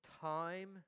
time